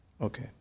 Okay